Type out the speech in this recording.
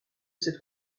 cette